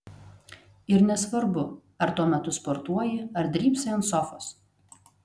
ir nesvarbu ar tuo metu sportuoji ar drybsai ant sofos